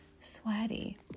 sweaty